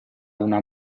una